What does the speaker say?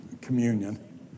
communion